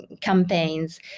campaigns